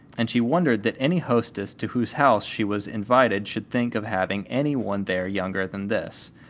and she wondered that any hostess to whose house she was invited should think of having any one there younger than this.